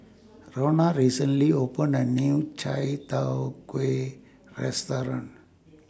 Ronna recently opened A New Chai Tow Kuay Restaurant